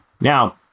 Now